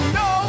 no